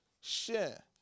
share